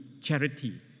charity